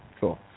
Cool